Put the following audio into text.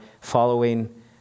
following